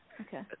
Okay